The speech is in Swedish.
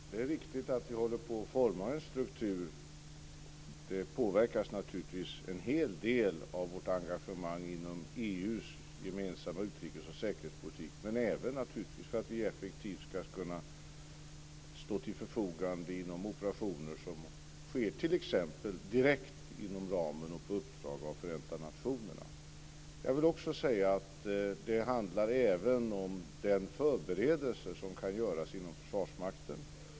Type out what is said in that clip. Fru talman! Det är riktigt att vi håller på att forma en struktur. Den påverkas naturligtvis en hel del av vårt engagemang inom EU:s gemensamma utrikesoch säkerhetspolitik, men även av att vi effektivt ska kunna stå till förfogande i operationer som t.ex. sker direkt inom ramen och på uppdrag av Förenta nationerna. Jag vill också säga att det även handlar om den förberedelse som kan göras inom Försvarsmakten.